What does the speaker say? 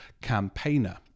campaigner